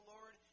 Lord